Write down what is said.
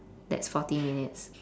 that's forty minutes